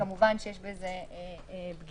כמובן שיש בזה פגיעה,